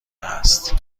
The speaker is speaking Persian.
است